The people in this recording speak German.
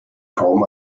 kaum